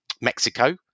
Mexico